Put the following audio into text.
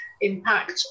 impact